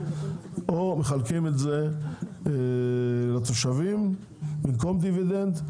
או מחלקים את זה לתושבים במקום דיבידנד,